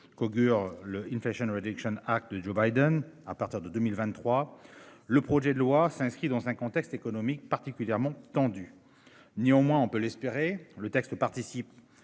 qu'augure le une fashion Ouédec Jeanne d'Arc de Joe Biden à partir de 2023. Le projet de loi s'inscrit dans un contexte économique particulièrement tendu. Néanmoins, on peut l'espérer. Le texte. Ce participe